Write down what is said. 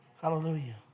Hallelujah